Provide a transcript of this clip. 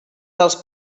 dels